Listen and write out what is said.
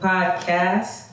Podcast